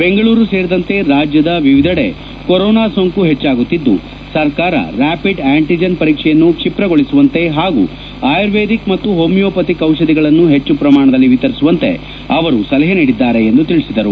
ಬೆಂಗಳೂರು ಸೇರಿದಂತೆ ರಾಜ್ಯದ ವಿವಿಧೆಡೆ ಕೊರೋನಾ ಸೋಂಕು ಹೆಚ್ಚಾಗುತ್ತಿದ್ದು ಸರ್ಕಾರ ರ್ಯಾಪಿಡ್ ಅಂಟಿಜೆನ್ ಪರೀಕ್ಷೆಯನ್ನು ಕ್ಷಿಪ್ರಗೊಳಿಸುವಂತೆ ಹಾಗೂ ಆಯುರ್ವೇದಿಕ್ ಮತ್ತು ಹೋಮಿಯೋಪೆಥಿಕ್ ಔಷಧಿಗಳನ್ನು ಹೆಚ್ಚು ಪ್ರಮಾಣದಲ್ಲಿ ವಿತರಿಸುವಂತೆ ಸಲಹೆ ನೀಡಿದ್ದಾರೆ ಎಂದು ತಿಳಿಸಿದ್ದಾರೆ